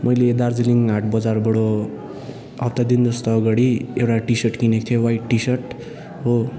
मैले दार्जिलिङ हाट बजारबडो हप्ता दिन जस्तो अगाडि एउडा टि सर्ट किनेक्थेँ वाइट टि सर्ट हो